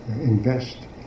invest